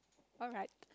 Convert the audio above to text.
alright